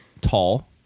tall